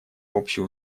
общий